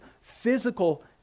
physical